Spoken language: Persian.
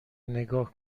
نگاه